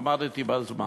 עמדתי בזמן.